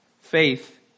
Faith